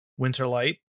Winterlight